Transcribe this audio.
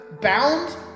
bound